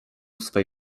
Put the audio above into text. swej